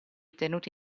tenuti